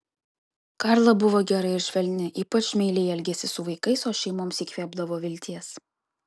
karla buvo gera ir švelni ypač meiliai elgėsi su vaikais o šeimoms įkvėpdavo vilties